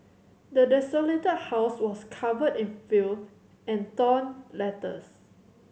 the desolated house was covered in filth and torn letters